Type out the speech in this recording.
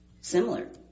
similar